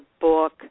book